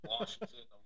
Washington